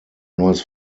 neues